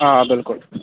آ بِلکُل